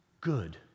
good